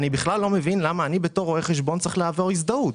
אני בכלל לא מבין למה אני בתור רואה חשבון צריך לעבור הזדהות.